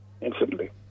instantly